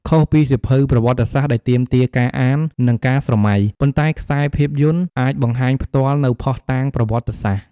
ខុសពីសៀវភៅប្រវត្តិសាស្ត្រដែលទាមទារការអាននិងការស្រមៃ ប៉ុន្តែខ្សែភាពយន្តអាចបង្ហាញផ្ទាល់នូវភស្តុតាងប្រវត្តិសាស្ត្រ។